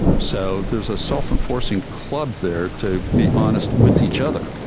so there was a self-enforcing club there to be honest with each other.